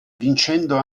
vincendo